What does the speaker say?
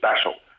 special